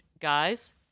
guys